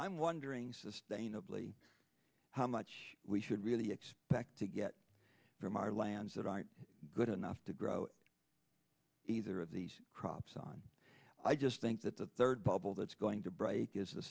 i'm wondering sustainably how much we should really expect to get from our lands that aren't good enough to grow either of these crops on i just think that the third bubble that's going to break is the